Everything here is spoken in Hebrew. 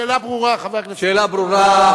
השאלה ברורה.